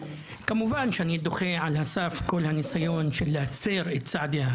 כמובן שאני דוחה על הסף כל הניסיון של להצר את צעדיה,